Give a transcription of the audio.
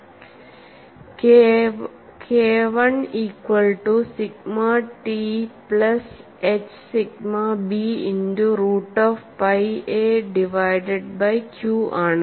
KI equal to sigma T plus H sigma B into root of pi A divided by Q ആണ്